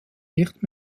nicht